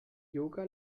yoga